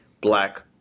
black